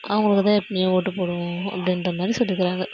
அவங்களுக்கு தான் எப்போவுமே ஓட்டு போடுவோம் அப்படின்ற மாதிரி சொல்லி இருக்குறாங்க